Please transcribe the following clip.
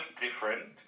different